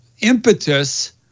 impetus